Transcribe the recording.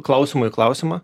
klausimu į klausimą